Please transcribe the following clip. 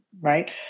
Right